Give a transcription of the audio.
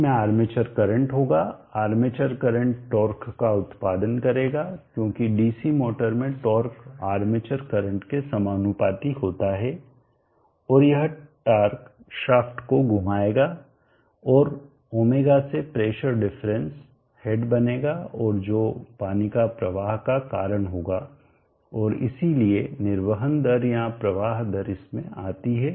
इसमें armature current होगा armature current torque का उत्पादन करेगा क्योंकि DC मोटर में टॉर्क आर्मेचर करंट के समानुपाती होता है और यह टॉर्क शाफ्ट को घुमाएगा और ω से प्रेशर डिफरेंस हेड बनेगा और जो पानी प्रवाह का कारण होगा और इसलिए निर्वहन दर या प्रवाह दर इसमें आती है